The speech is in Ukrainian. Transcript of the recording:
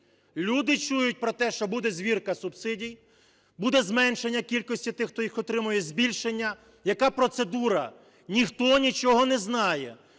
Люди чують про те, що буде звірка субсидій, буде зменшення кількості тих, хто їх отримує, збільшення, яка процедура? Ніхто нічого не знає.